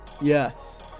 Yes